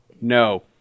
No